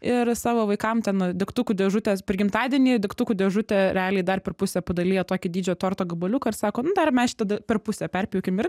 ir savo vaikam ten tukų dėžutės per gimtadienį degtukų dėžutę realiai dar per pusę padalija tokį dydžio torto gabaliuką ir sako nu dar mes šitą dar per pusę perpjaukim ir